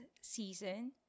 season